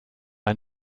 ein